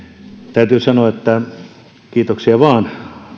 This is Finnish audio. täytyy sanoa että kiitoksia vain